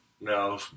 No